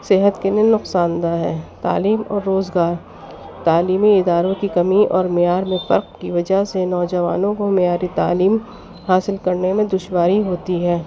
صحت کے لیے نقصان دہ ہے تعلیم اور روزگار تعلیمی اداروں کی کمی اور معیار میں فرق کی وجہ سے نوجوانوں کو معیاری تعلیم حاصل کرنے میں دشواری ہوتی ہے